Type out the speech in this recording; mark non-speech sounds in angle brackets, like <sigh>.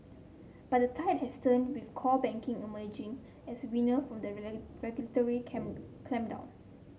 but the tide has turned with core banking emerging as winner from the <unintelligible> regulatory <unintelligible> clampdown